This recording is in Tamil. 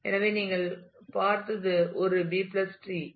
எனவே நீங்கள் பார்த்தது ஒரு பி டிரீB tree